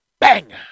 bang